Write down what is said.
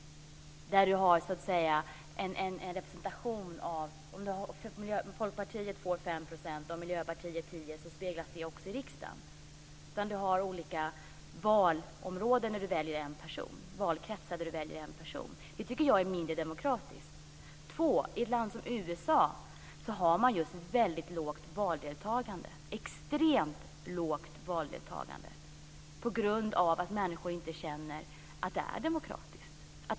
Om Folkpartiet får 5 % och Miljöpartiet 10 % speglas det också i riksdagen. I USA har man olika valkretsar där man väljer en person. Jag tycker att det är mindre demokratiskt. Det andra skälet är att i ett land som USA har man ett extremt lågt valdeltagande på grund av att människor inte känner att det är demokratiskt.